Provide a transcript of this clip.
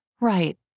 Right